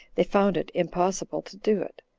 they found it impossible to do it.